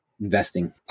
investing